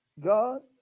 God